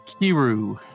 Kiru